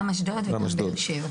גם אשדוד וגם באר שבע.